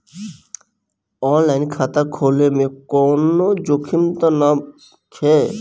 आन line खाता खोले में कौनो जोखिम त नइखे?